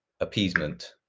Appeasement